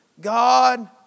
God